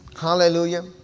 hallelujah